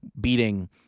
Beating